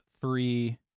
three